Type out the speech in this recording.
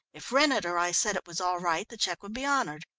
if rennett or i said it was all right the cheque would be honoured.